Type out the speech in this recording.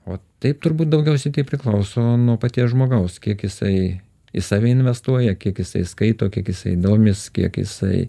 o taip turbūt daugiausiai tai priklauso nuo paties žmogaus kiek jisai į save investuoja kiek jisai skaito kiek jisai domisi kiek jisai